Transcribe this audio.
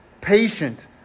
patient